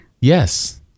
Yes